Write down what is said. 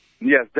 Yes